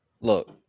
look